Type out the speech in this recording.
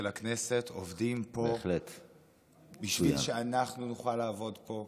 הכנסת עובדים פה בשביל שאנחנו נוכל לעבוד פה,